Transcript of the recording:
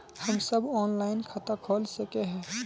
हम सब ऑनलाइन खाता खोल सके है?